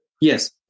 Yes